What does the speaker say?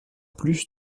plus